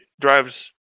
drives